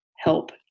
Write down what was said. Help